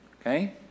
Okay